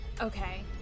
Okay